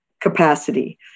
capacity